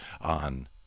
on